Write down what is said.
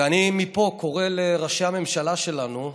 ואני מפה קורא לראשי הממשלה שלנו: